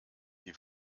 die